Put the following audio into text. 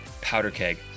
powderkeg